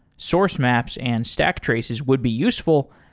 source maps and stack traces would be useful,